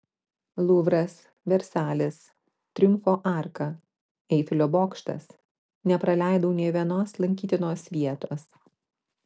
luvras versalis triumfo arka eifelio bokštas nepraleidau nė vienos lankytinos vietos